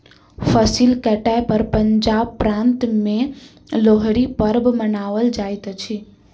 फसिल कटै पर पंजाब प्रान्त में लोहड़ी पर्व मनाओल जाइत अछि